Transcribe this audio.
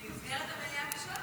כי סגירת המליאה ב-15:00,